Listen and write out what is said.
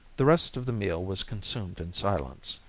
the rest of the meal was consumed in silence.